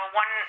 one